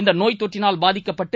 இந்தநோய்த்தொற்றினால் பாதிக்கப்பட்டு